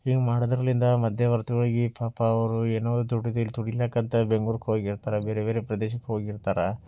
ಹೀಗೆ ಮಾಡೋದ್ರಲ್ಲಿಂದ ಮಧ್ಯವರ್ತಿಗಳಿಗೆ ಪಾಪ ಅವರು ಏನೋ ದುಡಿದು ಇಲ್ಲಿ ದುಡಿಲಿಕ್ಕೆ ಅಂತ ಬೆಂಗ್ಳೂರು ಹೋಗಿರ್ತಾರೆ ಬೇರೆ ಬೇರೆ ಪ್ರದೇಶಕ್ಕೆ ಹೋಗಿರ್ತಾರ